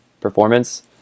performance